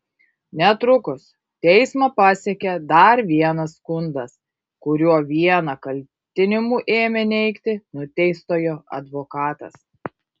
netrukus teismą pasiekė dar vienas skundas kuriuo vieną kaltinimų ėmė neigti nuteistojo advokatas